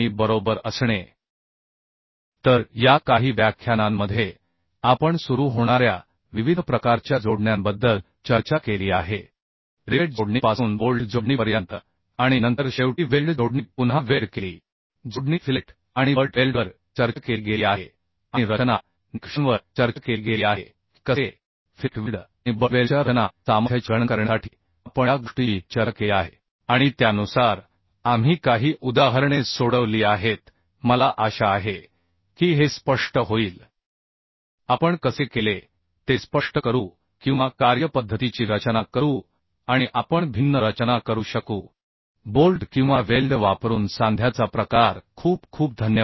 बरोबर असणे तर या काही व्याख्यानांमध्ये आपण सुरू होणाऱ्या विविध प्रकारच्या जोडण्यांबद्दल चर्चा केली आहे रिवेट जोडणीपासून बोल्ट जोडणीपर्यंत आणि नंतर शेवटी वेल्ड जोडणी पुन्हा वेल्ड केली जोडणी फिलेट आणि बट वेल्डवर चर्चा केली गेली आहे आणि रचना निकषांवर चर्चा केली गेली आहे की कसे फिलेट वेल्ड आणि बट वेल्डच्या रचना सामर्थ्याची गणना करण्यासाठी आपण या गोष्टींची चर्चा केली आहे आणि त्यानुसार आम्ही काही उदाहरणे सोडवली आहेत मला आशा आहे की हे स्पष्ट होईल आपण कसे केले ते स्पष्ट करू किंवा कार्यपद्धतीची रचना करू आणि आपण भिन्न रचना करू शकू बोल्ट किंवा वेल्ड वापरून सांध्याचा प्रकार खूप खूप धन्यवाद